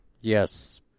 Yes